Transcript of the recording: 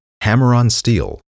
hammer-on-steel